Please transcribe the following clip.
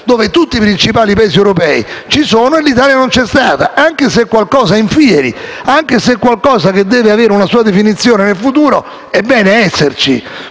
tutti i principali Paesi europei, ma l'Italia non c'è stata; anche se è qualcosa in fieri, anche se è qualcosa che deve avere una sua definizione nel futuro, è bene esserci